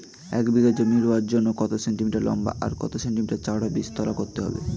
এক বিঘা জমি রোয়ার জন্য কত সেন্টিমিটার লম্বা আর কত সেন্টিমিটার চওড়া বীজতলা করতে হবে?